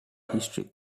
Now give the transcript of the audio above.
history